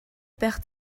байх